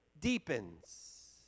deepens